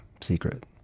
secret